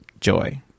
Joy